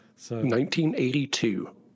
1982